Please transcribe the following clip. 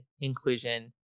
inclusion